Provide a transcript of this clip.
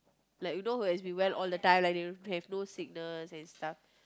like you know who has been well all the time like you know have no sickness and stuff